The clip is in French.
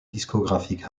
discographique